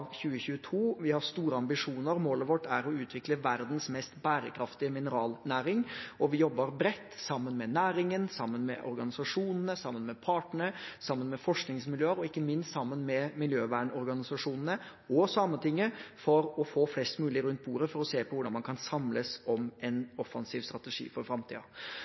2022. Vi har store ambisjoner, og målet vårt er å utvikle verdens mest bærekraftige mineralnæring. Vi jobber bredt sammen med næringen, sammen med organisasjonene, sammen med partene, sammen med forskningsmiljøer og ikke minst sammen med miljøvernorganisasjonene og Sametinget, for å få flest mulig rundt bordet for å se på hvordan man kan samles om en offensiv strategi for